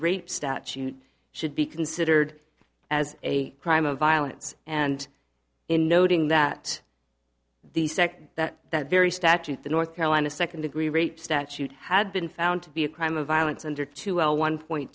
rape statute should be considered as a crime of violence and in noting that the second that that very statute the north carolina second degree rape statute had been found to be a crime of violence under two a one point